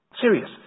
Serious